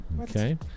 Okay